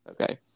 Okay